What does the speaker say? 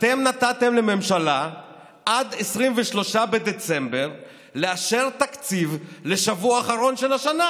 אתם נתתם לממשלה עד 23 בדצמבר לאשר תקציב לשבוע האחרון של השנה,